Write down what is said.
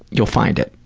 you'll find it,